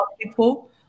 people